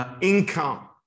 Income